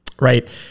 right